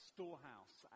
Storehouse